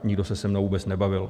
Nikdo se se mnou vůbec nebavil.